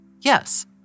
Yes